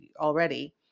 already